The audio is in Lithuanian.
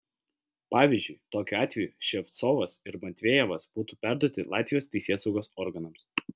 pavyzdžiui tokiu atveju ševcovas ir matvejevas būtų perduoti latvijos teisėsaugos organams